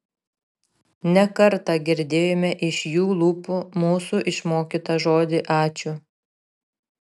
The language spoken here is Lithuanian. ne kartą girdėjome iš jų lūpų mūsų išmokytą žodį ačiū